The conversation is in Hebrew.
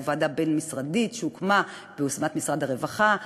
זו ועדה בין-משרדית שהוקמה ביוזמת משרד הרווחה,